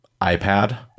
iPad